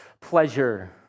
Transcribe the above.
pleasure